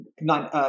nine